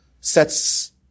sets